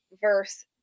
verse